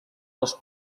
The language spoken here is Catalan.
les